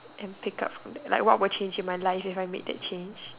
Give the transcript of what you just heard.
and pick up like what would change in my life if I made that change